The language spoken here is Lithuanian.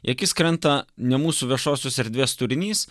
į akis krenta ne mūsų viešosios erdvės turinys